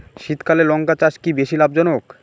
শীতকালে লঙ্কা চাষ কি বেশী লাভজনক?